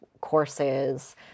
courses